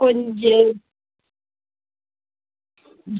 കൊഞ്ച്